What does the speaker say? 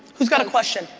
who's got a question?